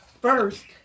First